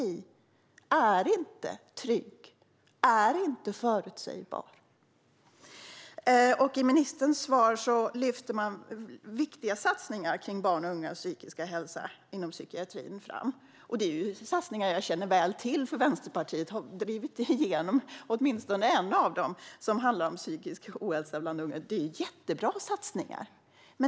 I sitt svar lyfter ministern fram viktiga satsningar inom psykiatrin kring barns och ungas psykiska hälsa. Det är satsningar som jag känner väl till, för Vänsterpartiet har drivit igenom åtminstone en av dem som handlar om psykisk ohälsa bland unga. Det är jättebra satsningar!